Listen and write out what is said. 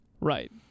Right